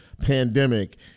pandemic